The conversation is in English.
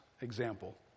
example